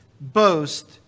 boast